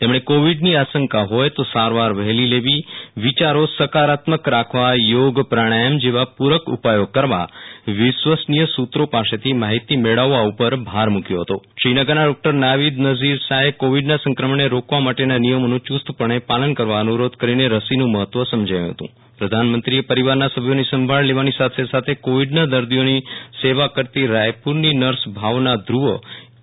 તેમણે કોવીડની આશંકા હોય તો સારવાર વહેલી લેવી વિયારો સકારાત્મક રાખવા યોગ પ્રાણાયમ જેવા પૂ રક ઉપાયો કરવા વિશ્વસનીય સૂ ત્રો પાસેથી માહિતી મેળવવા ઉપરભાર મૂ કથો હતો શ્રીનગરના ડોકટર નાવીદનઝીર શાહે કોવીડના સંક્રમણને રોકવા માટેના નિયમોનું યુસ્તપણે પાલન કરવા અનુ રોધ કરીને રસીનું મહત્વ સમજાવ્યું હતું પ્રધાનમંત્રીએ પરિવારના સભ્યોની સંભાળ લેવાની સાથે સાથે કોવીડના દર્દીઓની સેવા કરતી રાયપુરની નર્સ ભાવના ધૂવ સાથે વાતયીત કરી અને દર્દીઓ સાથેના અનુભવો જાણ્યા હતા